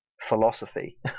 philosophy